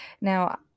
Now